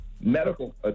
medical